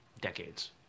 decades